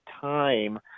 time